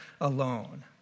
alone